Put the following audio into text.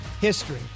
history